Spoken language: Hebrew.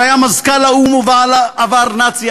שהיה מזכ"ל האו"ם ובעל עבר נאצי,